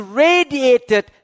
radiated